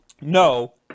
no